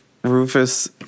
Rufus